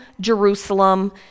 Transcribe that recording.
Jerusalem